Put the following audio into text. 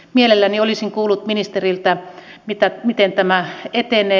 mielelläni olisin kuullut ministeriltä miten tämä etenee